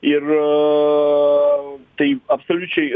ir tai absoliučiai